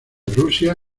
rusia